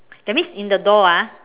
that means in the door ah